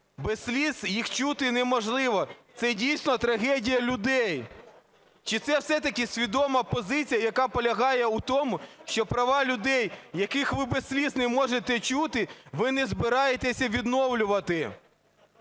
без сліз їх чути неможливо". Це дійсно трагедія людей чи це все-таки свідома позиція, яка полягає в тому, що права людей, яких ви без сліз не можете чути, ви не збираєтеся відновлювати?